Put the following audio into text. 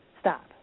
stop